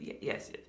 yes